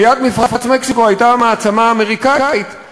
ליד מפרץ מקסיקו, הייתה המעצמה האמריקאית.